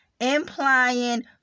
implying